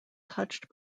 touched